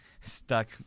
stuck